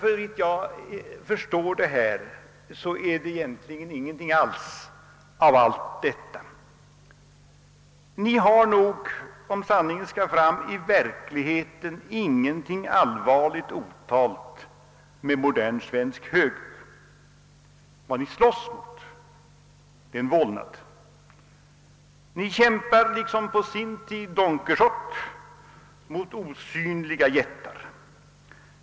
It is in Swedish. Såvitt jag förstår är det egentligen ingenting alls av allt detta. Ni har nog, om sanningen skall fram, i verkligheten ingenting otalt med modern svensk höger. Vad ni slåss mot är en vålnad. Ni kämpar liksom på sin tid Don Quijote mot osynliga jättar.